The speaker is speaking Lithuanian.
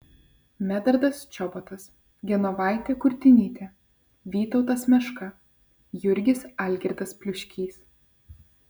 medardas čobotas genovaitė kurtinytė vytautas meška jurgis algirdas pliuškys